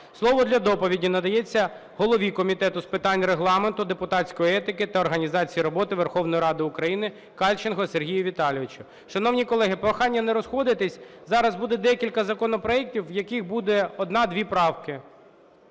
Слово для доповіді надається голові Комітету з питань Регламенту, депутатської етики та організації роботи Верховної Ради України Кальченку Сергію Віталійович. Шановні колеги, прохання не розходитись. Зараз буде декілька законопроектів, в яких буде одна-дві правки.